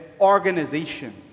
organizations